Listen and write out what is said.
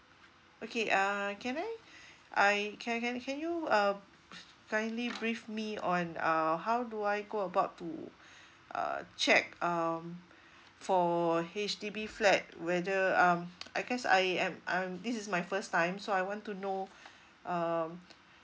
okay uh can I I can can can you uh kindly brief me on uh how do I go about to uh check um for H_D_B flat whether um I cause I am um this is my first time so I want to know um